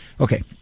Okay